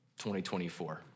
2024